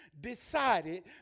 decided